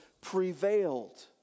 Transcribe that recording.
prevailed